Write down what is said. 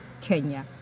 Kenya